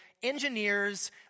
Engineers